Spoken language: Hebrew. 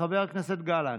חבר הכנסת גלנט,